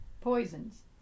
poisons